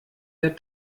der